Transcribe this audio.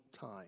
time